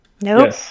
Nope